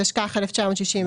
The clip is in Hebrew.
התשכ"ח 1968,